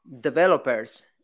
developers